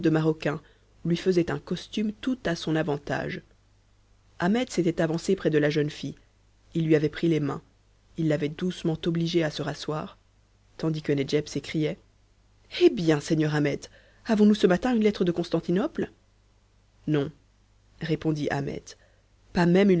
maroquin lui faisaient un costume tout à son avantage ahmet s'était avancé près de la jeune fille il lui avait pris les mains il l'avait doucement obligée à se rasseoir tandis que nedjeb s'écriait eh bien seigneur ahmet avons-nous ce matin une lettre de constantinople non répondit ahmet pas même